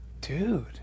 dude